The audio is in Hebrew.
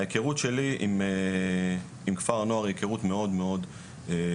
ההיכרות שלי עם כפר הנוער היא היכרות מאוד מאוד טובה,